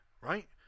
right